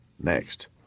next